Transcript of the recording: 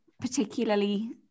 particularly